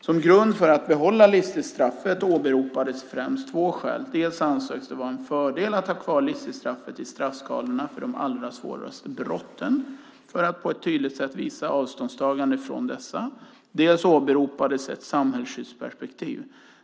Som grund för att behålla livstidsstraffet åberopades främst två skäl. Dels ansågs det vara en fördel att ha kvar livstidsstraffet i straffskalorna för de allra svåraste brotten för att på ett tydligt sätt visa avståndstagande från dessa, dels åberopades ett samhällsskyddsperspektiv.